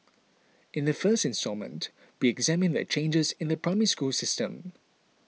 in the first instalment we examine the changes in the Primary School system